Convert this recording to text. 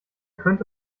könnte